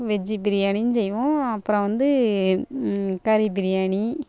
veg பிரியாணியும் செய்வோம் அப்பறம் வந்து கறி பிரியாணி